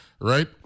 right